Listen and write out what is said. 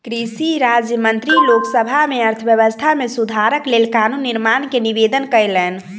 कृषि राज्य मंत्री लोक सभा में अर्थव्यवस्था में सुधारक लेल कानून निर्माण के निवेदन कयलैन